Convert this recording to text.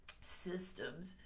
systems